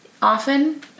Often